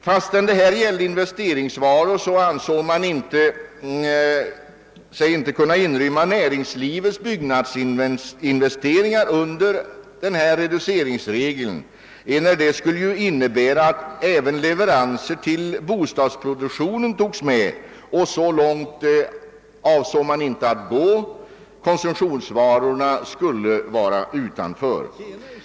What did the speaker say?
Fastän det gällde investeringsvaror ansåg man sig inte kunna inrymma näringslivets byggnadsinventarier under denna reduceringsregel, enär det skulle innebära att även leveranser till bostadsproduktionen togs med. Så långt avsåg man inte att gå. Konsumtionsvarorna skulle ställas utanför.